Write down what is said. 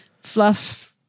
Fluff